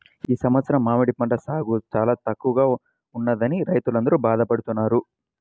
ఈ సంవత్సరం మామిడి పంట సాగు చాలా తక్కువగా ఉన్నదని రైతులందరూ బాధ పడుతున్నారు